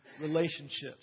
relationships